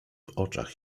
oczach